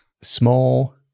Small